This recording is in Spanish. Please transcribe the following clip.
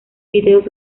videos